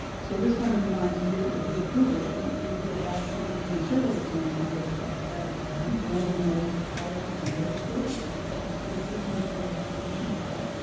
so this kind of reminds me if we approve it, we can we can go back to there's been several examples of of bad design. one of them was the tower in gettysburg, where they built this big fifteen story observation tower.